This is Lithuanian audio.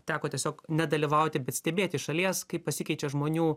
teko tiesiog nedalyvauti bet stebėti iš šalies kaip pasikeičia žmonių